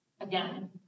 Again